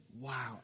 Wow